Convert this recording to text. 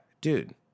dude